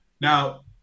Now